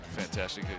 fantastic